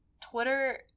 Twitter